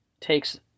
takes